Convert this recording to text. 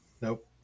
Nope